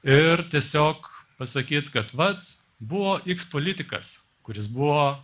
ir tiesiog pasakyt kad vat buvo iks politikas kuris buvo